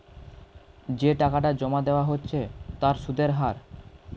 যে টাকাটা জমা দেওয়া হচ্ছে তার সুদের হার